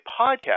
podcast